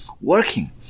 working